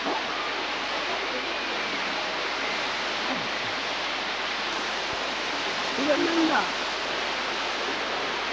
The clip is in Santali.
ᱪᱮᱫ ᱮᱢ ᱢᱮᱱᱫᱟ